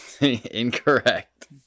incorrect